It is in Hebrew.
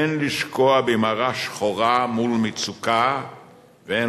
אין לשקוע במרה שחורה מול מצוקה ואין